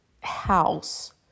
house